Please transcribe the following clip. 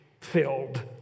filled